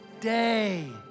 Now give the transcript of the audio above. day